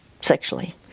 sexually